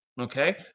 Okay